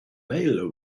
male